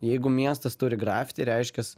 jeigu miestas turi grafiti reiškias